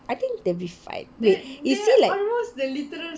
I think they'll be fine wait is he like